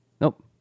Nope